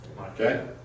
okay